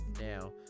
now